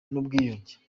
n’ubwiyunge